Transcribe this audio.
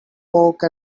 poke